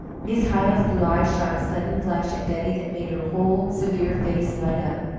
miss hyle's blue eyes shot a sudden flash at betty that made her whole severe face light up.